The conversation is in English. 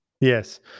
Yes